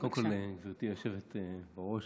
גברתי היושבת-ראש,